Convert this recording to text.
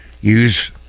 use